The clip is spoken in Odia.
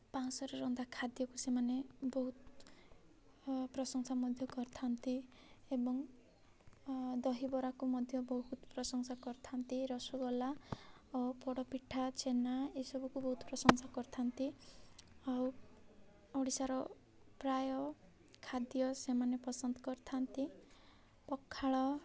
ପାଉଁଶରେ ରନ୍ଧା ଖାଦ୍ୟକୁ ସେମାନେ ବହୁତ ପ୍ରଶଂସା ମଧ୍ୟ କରିଥାନ୍ତି ଏବଂ ଦହିବରାକୁ ମଧ୍ୟ ବହୁତ ପ୍ରଶଂସା କରିଥାନ୍ତି ରସଗୋଲା ଓ ପୋଡ଼ ପିଠା ଛେନା ଏସବୁକୁ ବହୁତ ପ୍ରଶଂସା କରିଥାନ୍ତି ଆଉ ଓଡ଼ିଶାର ପ୍ରାୟ ଖାଦ୍ୟ ସେମାନେ ପସନ୍ଦ କରିଥାନ୍ତି ପଖାଳ